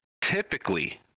typically